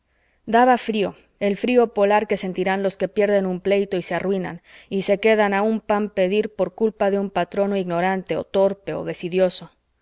daba frío el frío polar que sentirán los que pierden un pleito y se arruinan y se quedan a un pan pedir por culpa de un patrono ignorante o torpe o desidioso